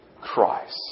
Christ